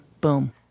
boom